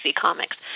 Comics